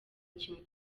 ikintu